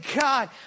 God